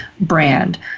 brand